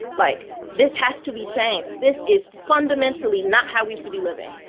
like this has to be changed. this is fundamentally not how we should be living.